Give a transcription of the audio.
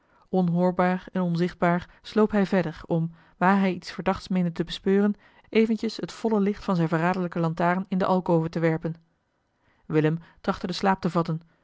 onhoorbaar en onzichtbaar sloop hij verder om waar hij iets verdachts meende te bespeuren eventjes het volle licht van zijne verraderlijke lantaarn in de alcove te werpen willem trachtte den slaap